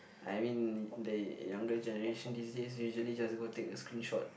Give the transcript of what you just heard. I mean the younger generation these days usually just go take a screenshot